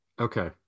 Okay